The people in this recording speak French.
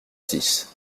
six